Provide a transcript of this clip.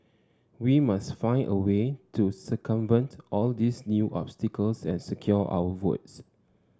we must find a way to circumvent all these new obstacles and secure our votes